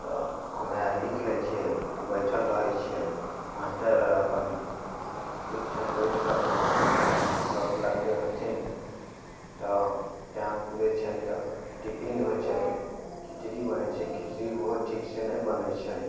तऽ हम्मे आर लीखि लै छियै आ बैठल रहै छियै मास्टर आर अपन एकठाम बैठ कऽ अपन अपन गप्प लगबै हथिन तऽ टाइम पूड़ै छै तऽ टिफिन होइ छै खिचड़ी बनै छै खिचड़ी ओहो ठीक से नहि बनै छै